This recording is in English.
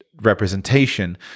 representation